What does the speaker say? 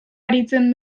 aritzen